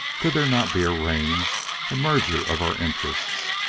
could there not be arranged a merger of our interests?